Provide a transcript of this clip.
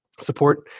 support